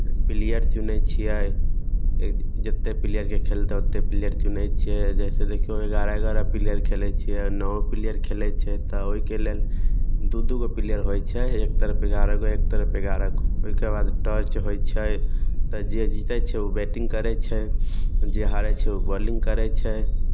फेर पिलियर चुनै छियै ए जतेक पिलियरके खेलतै ओतेक पिलियरकेँ चुनै छियै जैसे देखियौ एगारह एगारह पिलियर खेलै छियै नओ पिलियर खेलै छै तऽ ओहिके लेल दू दूगो पिलियर होइ छै एक तरफ एगारह गो एक तरफ एगारह गो ओहिके बाद टॉस होइ छै तऽ जे जीतै छै ओ बैटिंग करै छै जे हारै छै ओ बौलिंग करै छै